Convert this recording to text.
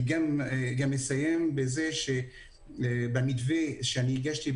אני אסיים בזה שבמתווה שהגשתי,